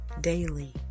daily